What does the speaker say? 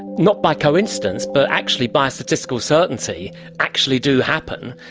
not by coincidence but actually by statistical certainty actually do happen,